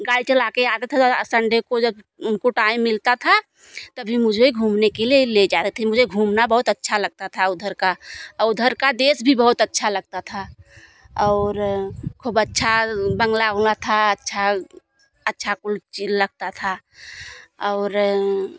गाड़ी चला के आता था संडे को जब उनको टाइम मिलता था तभी मुझे घूमने के लिए ले जा रहे थे मुझे घूमना बहुत अच्छा लगता था उधर का उधर का देश भी बहुत अच्छा लगता था और ख़ूब अच्छा बंगला उंगला था अच्छा अच्छा लगता था और